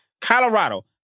Colorado